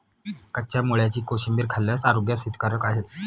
कच्च्या मुळ्याची कोशिंबीर खाल्ल्यास आरोग्यास हितकारक आहे